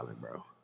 bro